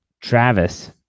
Travis